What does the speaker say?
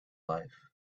life